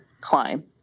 climb